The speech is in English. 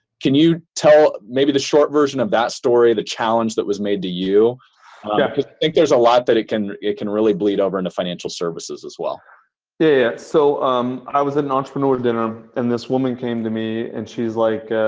can you tell maybe the short version of that story, the challenge that was made to you? i yeah think there's a lot that it can it can really bleed over in the financial services as well. tucker yeah. so i was in an entrepreneur dinner, and this woman came to me and she's like,